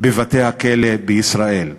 בבתי-הכלא בישראל?